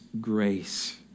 grace